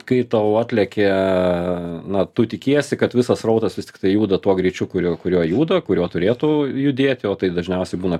kai tau atlekia na tu tikiesi kad visas srautas vis tiktai juda tuo greičiu kuriuo kuriuo juda kuriuo turėtų judėti o tai dažniausiai būna